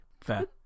Fair